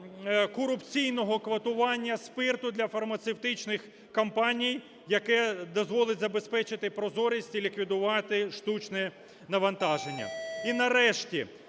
корупційного квотування спирту для фармацевтичних компаній, яке дозволить забезпечити прозорість і ліквідувати штучне навантаження.